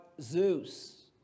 Zeus